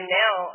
now